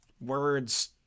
words